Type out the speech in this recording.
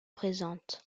présentent